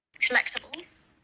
collectibles